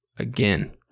Again